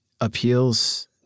appeals